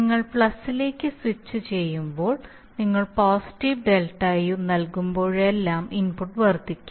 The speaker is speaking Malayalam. നിങ്ങൾ പ്ലസിലേക്ക് സ്വിച്ചുചെയ്യുമ്പോൾ നിങ്ങൾ പോസിറ്റീവ് ΔU നൽകുമ്പോഴെല്ലാം ഇൻപുട്ട് വർദ്ധിക്കും